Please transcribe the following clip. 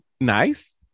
nice